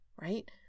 right